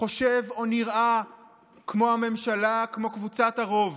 חושב או נראה כמו הממשלה, כמו קבוצת הרוב.